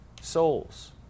souls